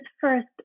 first